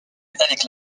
avec